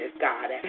God